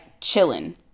chilling